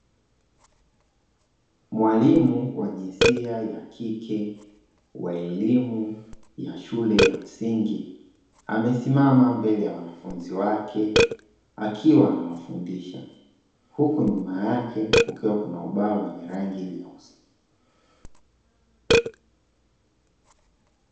Mwalimu wa jinsia ya kike wa elimu ya shule ya msingi, amesimama mbele ya wanafunzi wake akiwa anawafundisha, huku nyuma yake kukiwa kuna ubao wenye rangi nyeusi.